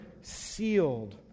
sealed